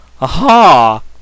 Aha